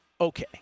Okay